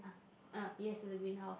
ah yes the green house